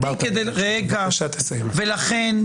לכן,